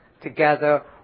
together